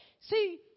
See